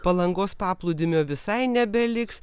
palangos paplūdimio visai nebeliks